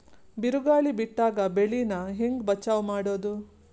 ಬಿರುಗಾಳಿ ಬಿಟ್ಟಾಗ ಬೆಳಿ ನಾ ಹೆಂಗ ಬಚಾವ್ ಮಾಡೊದು?